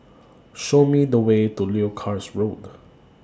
Show Me The Way to Leuchars Road